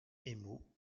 émaux